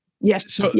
Yes